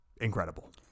incredible